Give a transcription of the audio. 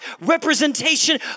representation